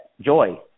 joy